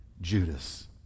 Judas